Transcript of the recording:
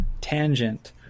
tangent